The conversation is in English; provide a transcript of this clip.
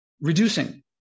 reducing